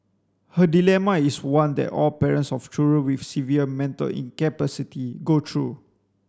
her dilemma is one that all parents of children with severe mental incapacity go through